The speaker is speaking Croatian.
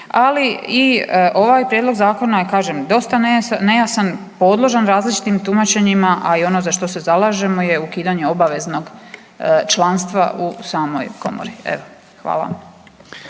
Ali i ovaj Prijedlog zakona je kažem dosta nejasan, podložan različitim tumačenjima, a i ono za što se zalažemo je ukidanje obaveznog članstva u samoj komori. Evo